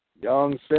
Young